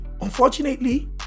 Unfortunately